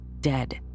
dead